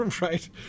right